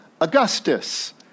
Augustus